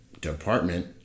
department